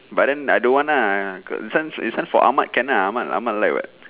but then I don't want ah got this one this one for ahmad can ah ahmad ahmad like [what]